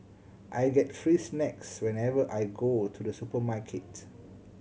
I get free snacks whenever I go to the supermarket